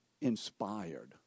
inspired